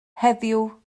heddiw